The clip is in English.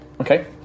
Okay